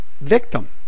victim